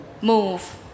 move